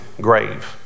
grave